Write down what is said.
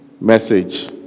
message